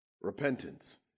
Repentance